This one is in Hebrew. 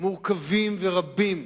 מורכבים ורבים,